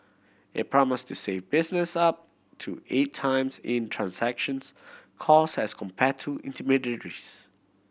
it promise to save business up to eight times in transactions cost as compare to intermediaries